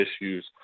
issues